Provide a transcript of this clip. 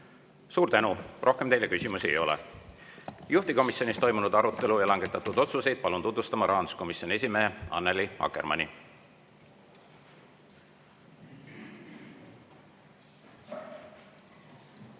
Suur tänu! Rohkem teile küsimusi ei ole. Juhtivkomisjonis toimunud arutelu ja langetatud otsuseid palun tutvustama rahanduskomisjoni esimehe Annely Akkermanni.